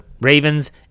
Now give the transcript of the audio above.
Ravens